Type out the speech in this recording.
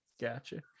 gotcha